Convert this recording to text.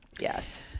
yes